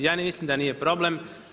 Ja mislim da nije problem.